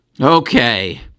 Okay